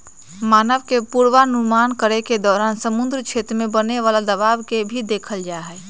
मौसम के पूर्वानुमान करे के दौरान समुद्री क्षेत्र में बने वाला दबाव के भी देखल जाहई